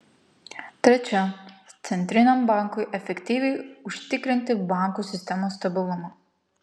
trečia centriniam bankui efektyviai užtikrinti bankų sistemos stabilumą